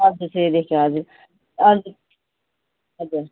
हजुर थ्रीदेखि हजुर हजुर